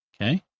Okay